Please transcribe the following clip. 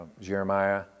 Jeremiah